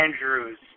Andrews